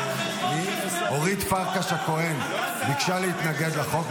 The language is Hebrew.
--- אורית פרקש הכהן ביקשה להתנגד לחוק.